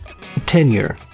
tenure